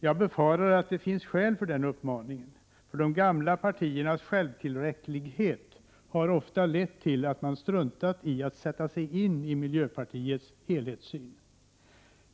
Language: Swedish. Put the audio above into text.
Jag befarar att det finns skäl för den uppmaningen, för de gamla partiernas självtillräcklighet har ofta lett till att man struntat i att sätta sig in i miljöpartiets helhetssyn.